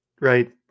Right